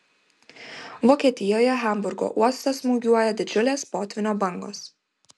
vokietijoje hamburgo uostą smūgiuoja didžiulės potvynio bangos